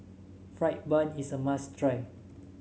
fried bun is a must try